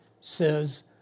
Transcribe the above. says